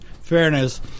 fairness